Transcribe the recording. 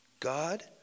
God